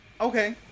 okay